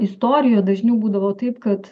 istorijo dažniau būdavo taip kad